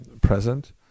present